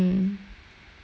ya lor